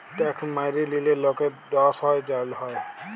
tax ম্যাইরে লিলে লকের দস হ্যয় জ্যাল হ্যয়